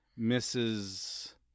Mrs